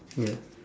ya